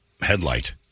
headlight